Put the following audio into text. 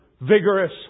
vigorous